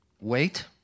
wait